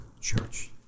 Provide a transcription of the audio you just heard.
Church